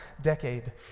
decade